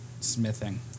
smithing